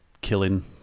killing